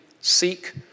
seek